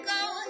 go